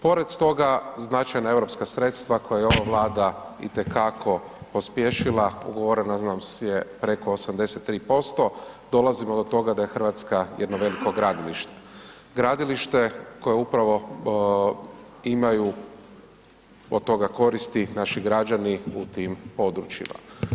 Pored toga, značajna europska sredstva koja je ova Vlada itekako pospješila, ugovorenost je preko 83%, dolazimo do toga da je RH jedno veliko gradilište, gradilište koje upravo imaju od toga koristi naši građani u tim područjima.